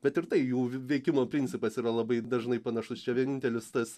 bet ir tai jų veikimo principas yra labai dažnai panašus čia vienintelis tas